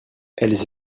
elles